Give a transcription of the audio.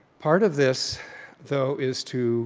part of this though is to